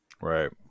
Right